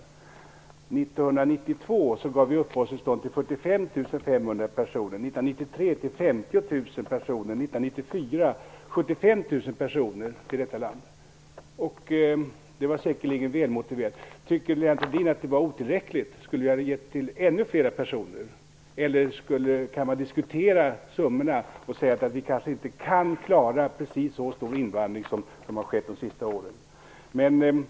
1992 gav vi uppehållstillstånd till 45 500 personer, 1993 till 50 000 personer och 1994 till 75 000 personer i detta land. Det var säkerligen välmotiverat. Tycker Lennart Rohdin att det var otillräckligt? Skulle vi ha givit uppehållstillstånd till ännu fler personer, eller kan man diskutera summorna och säga att vi kanske inte kan klara precis så stor invandring som har skett de senaste åren?